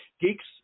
Geeks